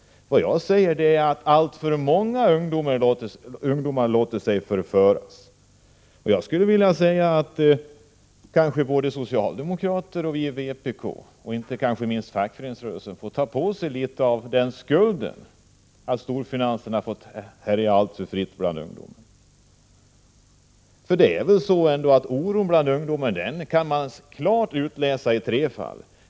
Vad jag säger är att alltför många ungdomar låter sig förföras. Kanske både socialdemokrater och vi i vpk, och inte minst fackföreningsrörelsen, får ta på oss litet av skulden till att storfinansen har fått härja alltför fritt bland ungdomen. Oron bland ungdomarna kan man klart utläsa i tre fall.